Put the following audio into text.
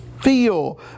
feel